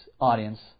audience